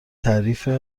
تعریف